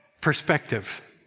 Perspective